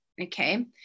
okay